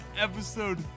episode